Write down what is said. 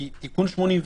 כי תיקון 84